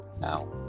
now